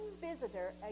visitor